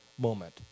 moment